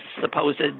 supposed